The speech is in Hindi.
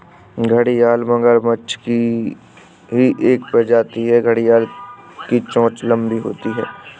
घड़ियाल मगरमच्छ की ही एक प्रजाति है घड़ियाल की चोंच लंबी होती है